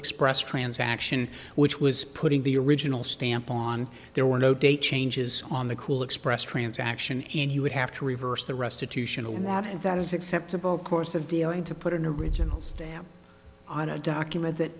express transaction which was putting the original stamp on there were no date changes on the cool express transaction and you would have to reverse the restitution a lot and that is acceptable of course of dealing to put in a regional stamp on a document that